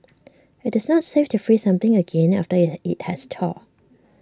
IT is not safe to freeze something again after IT it has thawed